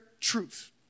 truth